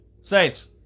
Saints